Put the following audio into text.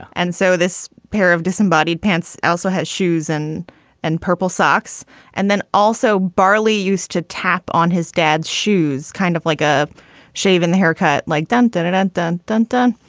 and so this pair of disembodied pants also has shoes and and purple socks and then also barley used to tap on his dad's shoes kind of like a shave and the haircut like dunton and ah then dunton.